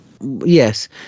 Yes